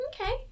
Okay